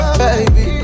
baby